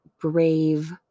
brave